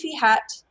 hat